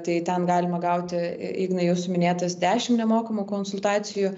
tai ten galima gauti ignai jūsų minėtas dešim nemokamų konsultacijų